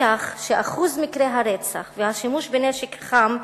לכך שאחוז מקרי הרצח והשימוש בנשק חם,